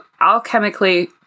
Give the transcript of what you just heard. alchemically